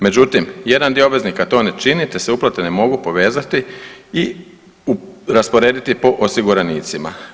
Međutim, jedan dio obveznika to ne čini, te se uplate ne mogu povezati i rasporediti po osiguranicima.